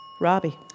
Robbie